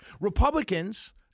Republicans